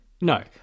No